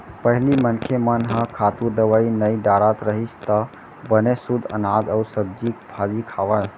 पहिली मनखे मन ह खातू, दवई नइ डारत रहिस त बने सुद्ध अनाज अउ सब्जी भाजी खावय